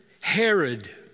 Herod